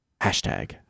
Hashtag